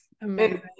amazing